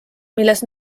milles